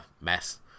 mess